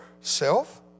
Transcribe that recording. self